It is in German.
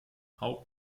hau